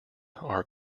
are